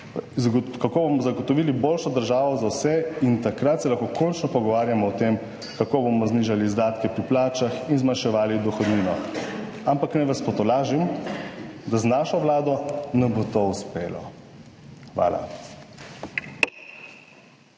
kako bomo zagotovili boljšo državo za vse. In takrat se lahko končno pogovarjamo o tem, kako bomo znižali izdatke pri plačah in zmanjševali dohodnino. Ampak naj vas potolažim, da z našo Vlado nam bo to uspelo. Hvala.